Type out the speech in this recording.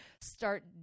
start